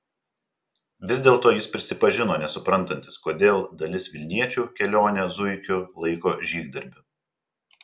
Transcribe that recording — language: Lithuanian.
vis dėlto jis prisipažino nesuprantantis kodėl dalis vilniečių kelionę zuikiu laiko žygdarbiu